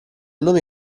nome